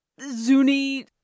Zuni